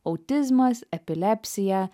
autizmas epilepsija